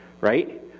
right